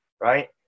right